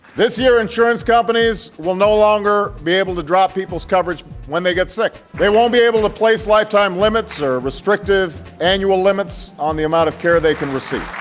this year insurance companies will no longer be able to drop people's coverage when they get sick, they won't be able to place lifetime limits or restrictive annual limits on the amount of care they can receive.